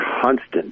constant